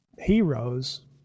heroes